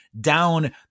down